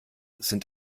sind